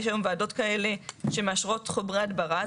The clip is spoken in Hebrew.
יש היום ועדות כאלה, שמאשרות חומרי הדברה.